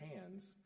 hands